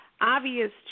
obvious